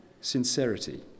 sincerity